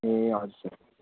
ए हजुर सर